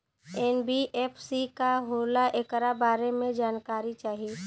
NBFC का होला ऐकरा बारे मे जानकारी चाही?